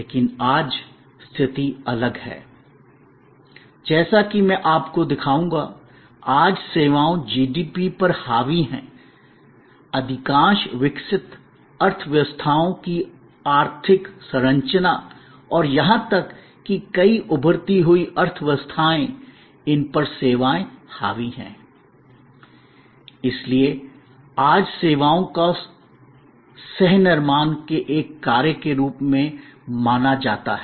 लेकिन आज स्थिति अलग है जैसा कि मैं आपको दिखाऊंगा आज सेवाएं जीडीपी पर हावी हैं अधिकांश विकसित अर्थव्यवस्थाओं की आर्थिक संरचना और यहां तक कि कई उभरती हुई अर्थव्यवस्थाएं इनपर सेवाएँ हावी हैं l इसलिए आज सेवाओं को सह निर्माण के एक कार्य के रूप में माना जाता है